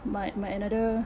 but my another